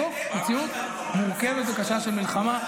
בתוך מציאות מורכבת וקשה של מלחמה.